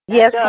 Yes